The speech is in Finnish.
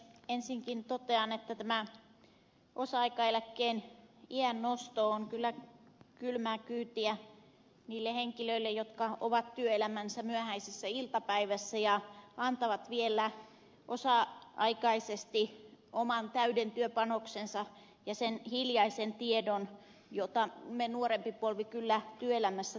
ensinkin totean että tämä osa aikaeläkkeen iän nosto on kyllä kylmää kyytiä niille henkilöille jotka ovat työelämänsä myöhäisessä iltapäivässä ja antavat vielä osa aikaisesti oman täyden työpanoksensa ja sen hiljaisen tiedon jota me nuorempi polvi kyllä työelämässä tarvitsemme